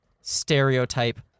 stereotype